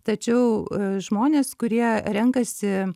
tačiau žmonės kurie renkasi